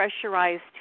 pressurized